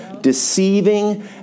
deceiving